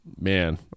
man